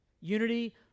Unity